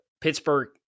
Pittsburgh